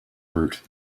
route